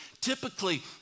typically